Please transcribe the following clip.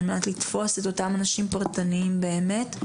על מנת לתפוס את אותם אנשים פרטניים באמת.